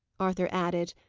arthur added,